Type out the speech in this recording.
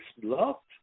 blocked